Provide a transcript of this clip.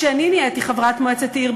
כשאני נהייתי חברת מועצת עיר,